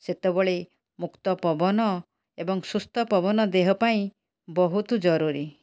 ସେତେବେଳେ ମୁକ୍ତ ପବନ ଏବଂ ସୁସ୍ଥ ପବନ ଦେହ ପାଇଁ ବହୁତ ଜରୁରୀ